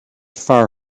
far